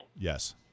Yes